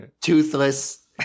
Toothless